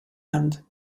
end